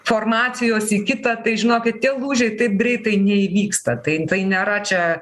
formacijos į kitą tai žinokit tie lūžiai taip greitai neįvyksta tai tai nėra čia